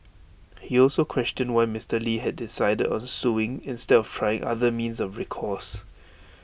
he also questioned why Mister lee had decided on suing instead of trying other means of recourse